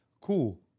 Cool